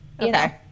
Okay